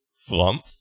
flump